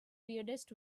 weirdest